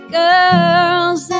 girls